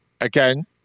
Again